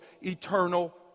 eternal